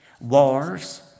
wars